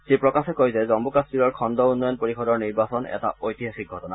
শ্ৰীপ্ৰকাশে কয় যে জম্মু কাশ্মীৰৰ খণ্ উন্নয়ন পৰিষদৰ নিৰ্বাচন এটা ঐতিহাসিক ঘটনা